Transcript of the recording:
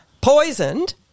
poisoned